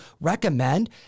recommend